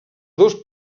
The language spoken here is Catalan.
dos